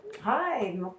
Hi